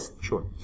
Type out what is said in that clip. sure